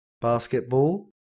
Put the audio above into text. Basketball